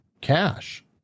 cash